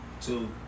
two